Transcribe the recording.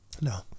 no